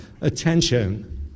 attention